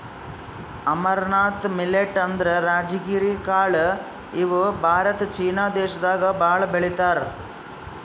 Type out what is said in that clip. amaranth millet ಅಂದ್ರ ರಾಜಗಿರಿ ಕಾಳ್ ಇವ್ ಭಾರತ ಚೀನಾ ದೇಶದಾಗ್ ಭಾಳ್ ಬೆಳಿತಾರ್